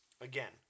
Again